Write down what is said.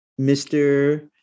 Mr